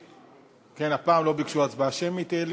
אלי, הפעם לא ביקשו הצבעה שמית.